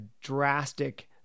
drastic